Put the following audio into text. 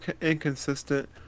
inconsistent